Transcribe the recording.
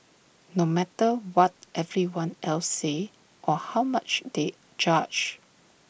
no matter what everyone else says or how much they judge